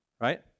right